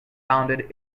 bounded